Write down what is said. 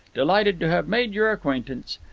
delighted to have made your acquaintance.